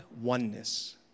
oneness